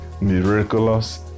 miraculous